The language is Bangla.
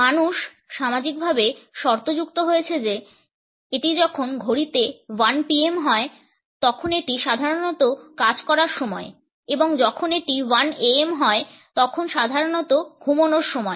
মানুষ সামাজিকভাবে শর্তযুক্ত হয়েছে যে এটি যখন ঘড়িতে 1 PM হয় তখন এটি সাধারণত কাজ করার সময় এবং যখন এটি 1 AM হয় তখন সাধারণত ঘুমানোর সময়